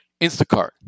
Instacart